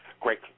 Great